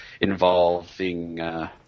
involving